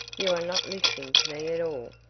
you are not listening to me at all.